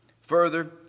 Further